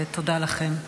ותודה לכם.